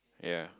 ya